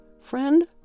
Friend